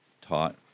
taught